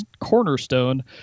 cornerstone